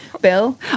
Bill